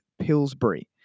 Pillsbury